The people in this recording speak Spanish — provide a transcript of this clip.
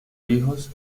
hijos